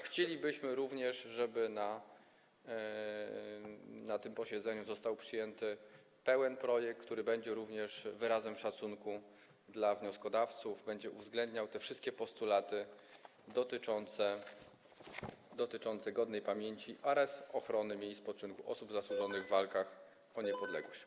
Chcielibyśmy również, żeby na tym posiedzeniu został przyjęty pełen projekt, który będzie również wyrazem szacunku dla wnioskodawców, będzie uwzględniał te wszystkie postulaty dotyczące godnej pamięci oraz ochrony miejsc spoczynku osób zasłużonych w walkach o niepodległość.